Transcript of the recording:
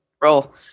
roll